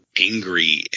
angry